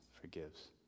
forgives